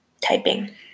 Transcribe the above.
Typing